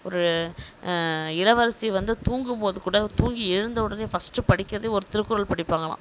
ஒரு இளவரசி வந்து தூங்கும் போது கூட தூங்கி எழுந்த உடனே ஃபஸ்டு படிக்கிறதே ஒரு திருக்குறள் படிப்பாங்களாம்